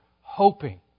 hoping